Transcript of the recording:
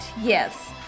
Yes